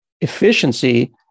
efficiency